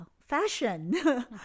fashion